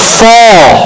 fall